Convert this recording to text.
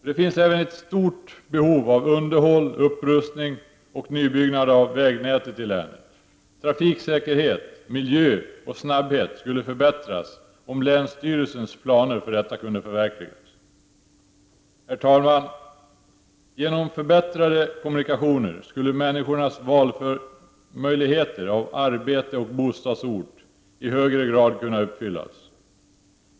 Det finns även ett stort behov av underhåll, upprustning och nybyggnad av vägnätet i länet. Trafiksäkerhet, miljö och snabbhet skulle förbättras om länsstyrelsens planer för detta kunde förverkligas. Herr talman! Genom förbättrade kommunikationer skulle människornas möjligheter att välja arbete och bostadsort i högre grad kunna uppfyllas.